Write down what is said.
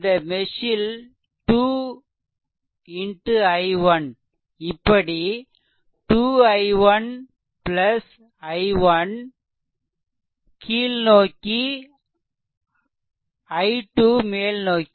இந்த மெஷ் ல் 2 x i1 இப்படி 2 i1 i1 கீழ்நோக்கி i2 மேல்நோக்கி